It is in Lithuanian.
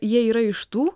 jie yra iš tų